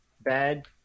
bad